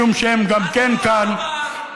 משום שהם גם כן כאן ההורים שלי עשו אהבה,